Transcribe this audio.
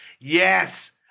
Yes